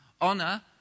Honor